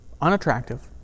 unattractive